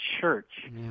church